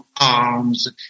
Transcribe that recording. arms